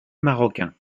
marocain